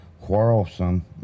quarrelsome